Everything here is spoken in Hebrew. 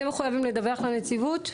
אתם מחויבים לדווח לנציבות?